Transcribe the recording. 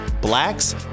Blacks